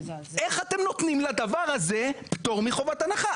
איך אתם נותנים לדבר הזה פטור מחובת הנחה?